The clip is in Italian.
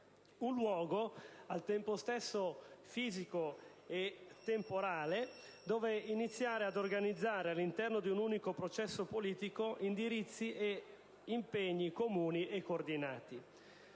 uno spazio al tempo stesso fisico e temporale dove iniziare a organizzare, all'interno di un unico processo politico, indirizzi ed impegni comuni e coordinati.